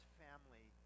family